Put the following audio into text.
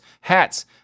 hats